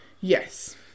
Yes